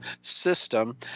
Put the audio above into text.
system